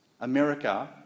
America